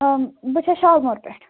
بہٕ چھَس شالمٲر پٮ۪ٹھ